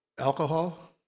Alcohol